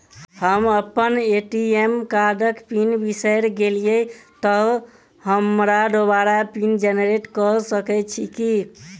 हम अप्पन ए.टी.एम कार्डक पिन बिसैर गेलियै तऽ हमरा दोबारा पिन जेनरेट कऽ सकैत छी की?